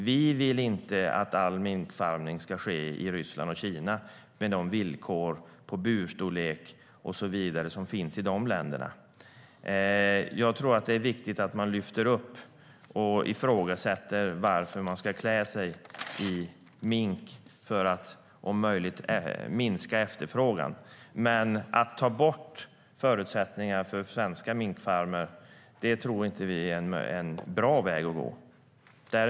Vi vill inte att all minkfarmning ska ske i Ryssland och Kina med de villkor om burstorlek och så vidare som finns i dessa länder. För att om möjligt minska efterfrågan tror jag att det är viktigt att vi lyfter upp och ifrågasätter varför man ska klä sig i mink, men att ta bort förutsättningarna för svenska minkfarmer tror vi inte är en bra väg att gå.